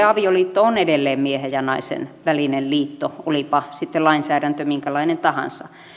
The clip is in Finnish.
avioliitto on edelleen miehen ja naisen välinen liitto olipa sitten lainsäädäntö minkälainen tahansa